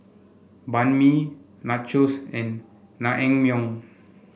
Banh Mi Nachos and Naengmyeon